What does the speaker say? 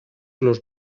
los